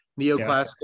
neoclassical